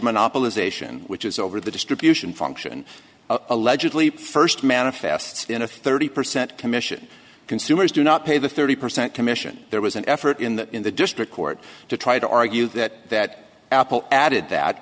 monopolization which is over the distribution function allegedly first manifests in a thirty percent commission consumers do not pay the thirty percent commission there was an effort in that in the district court to try to argue that apple added that